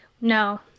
No